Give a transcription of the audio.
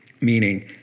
meaning